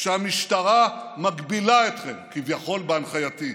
שהמשטרה מגבילה אתכם, כביכול בהנחייתי.